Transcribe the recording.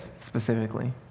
specifically